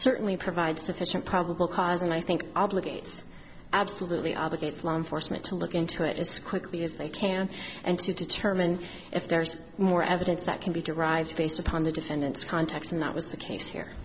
certainly provides sufficient probable cause and i think obligates absolutely obligates law enforcement to look into it as quickly as they can and to determine if there's more evidence that can be derived based upon the defendant's context and that was the case here